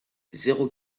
zéro